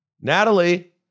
Natalie